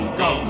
go